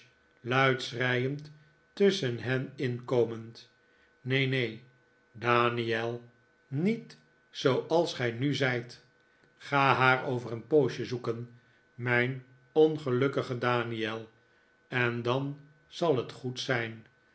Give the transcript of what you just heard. luid schreiend tusschen hen in komend neen neen daniel niet zooals gij nu zijt ga haar over een poosje zoeken mijn ongelukkige daniel en dan zal het goed zijn